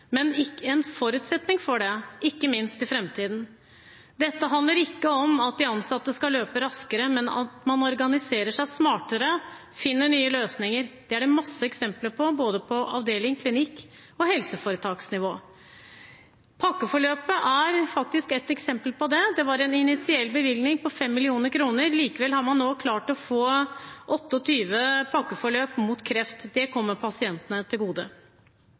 men er en forutsetning for det – ikke minst i framtiden. Dette handler ikke om at de ansatte skal løpe raskere, men at man organiserer seg smartere og finner nye løsninger. Det er det mange eksempler på, på både avdelings-, klinikk- og helseforetaksnivå. Pakkeforløpet er et eksempel på det. Det var en initiell bevilgning på 5 mill. kr, og likevel har man nå klart å få 28 pakkeforløp for kreft. Det kommer pasientene til gode.